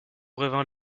brevin